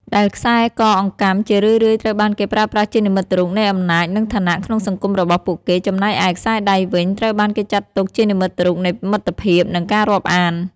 ដែលខ្សែកអង្កាំ ជារឿយៗត្រូវបានគេប្រើប្រាស់ជានិមិត្តរូបនៃអំណាច និងឋានៈក្នុងសង្គមរបស់ពួកគេ ចំណែកឯ ខ្សែដៃ វិញ ត្រូវបានគេចាត់ទុកជានិមិត្តរូបនៃមិត្តភាព និងការរាប់អាន។